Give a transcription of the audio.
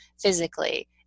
physically